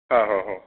आ हो हो